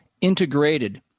integrated